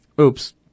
Oops